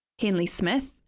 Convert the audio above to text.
Henley-Smith